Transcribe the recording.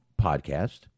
podcast